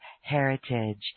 heritage